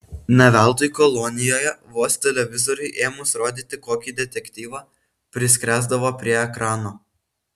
ne veltui kolonijoje vos televizoriui ėmus rodyti kokį detektyvą priskresdavo prie ekrano